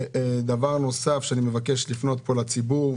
דבר נוסף, אני מבקש לפנות פה לציבור.